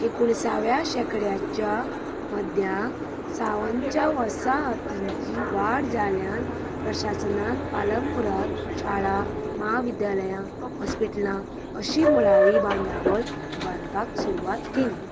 एकुणिसाव्या शेंकड्याच्या मध्याक सावनच्या वसाहातींची वाड जाल्ल्यान प्रशासनान पालमपुरात शाळा म्हाविद्यालयां हॉस्पिटलां अशी मुळावी बांदावळ उबारपाक सुरवात केली